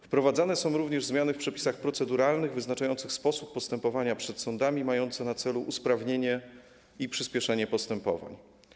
Wprowadzane są również zmiany w przepisach proceduralnych wyznaczających sposób postępowania przed sądami mające na celu usprawnienie i przyspieszenie postępowań.